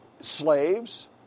slaves